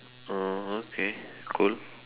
oh okay cool